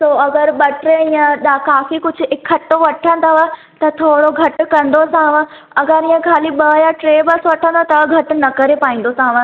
अगरि ॿ टे हीअं तव्हां क़ाफ़ी कुझु इकठो वठंदव त थोरो घटि कंदोसांव अगरि इह खाली ॿ या टे बसि वठंदव त घटि न करे पाईंदोसांव